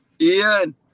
Ian